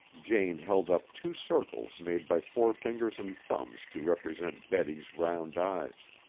jane held up two circles made by forefingers and thumbs to represent betty's round eyes.